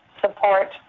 support